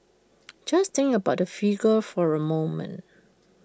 just think about that figure for A moment